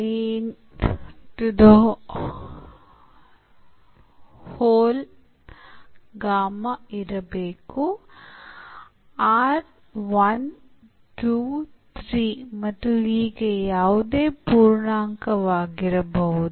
ಇಲ್ಲಿ ಒಂದು ಅಪವರ್ತನ ಇರಬೇಕು r 1 2 3 ಮತ್ತು ಹೀಗೆ ಯಾವುದೇ ಪೂರ್ಣಾಂಕವಾಗಿರಬಹುದು